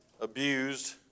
abused